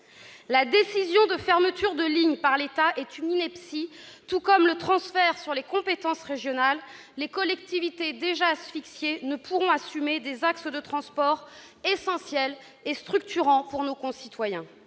La décision de fermeture de lignes par l'État est une ineptie, tout comme le transfert sur les compétences régionales : les collectivités déjà asphyxiées ne pourront assumer des axes de transports essentiels et structurants pour nos concitoyens.